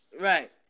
Right